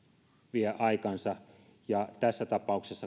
vievät aikansa tässä tapauksessa